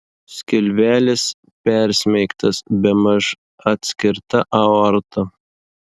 skilvelis persmeigtas bemaž atskirta aorta